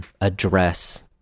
address